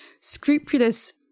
scrupulous